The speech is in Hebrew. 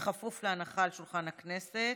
בכפוף להנחה על שולחן הכנסת.